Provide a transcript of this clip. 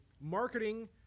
marketing